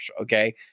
Okay